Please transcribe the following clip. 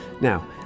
Now